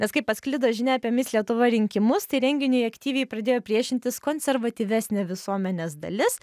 nes kai pasklido žinia apie mis lietuva rinkimus tai renginiui aktyviai pradėjo priešintis konservatyvesnė visuomenės dalis